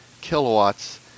kilowatts